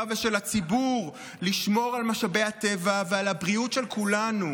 ושל הציבור לשמור על משאבי הטבע ועל הבריאות של כולנו,